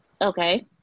Okay